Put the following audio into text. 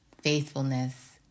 faithfulness